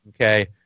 okay